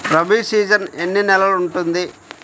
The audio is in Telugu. రబీ సీజన్ ఎన్ని నెలలు ఉంటుంది?